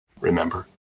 remember